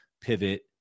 pivot